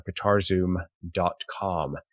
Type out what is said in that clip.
guitarzoom.com